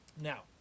Now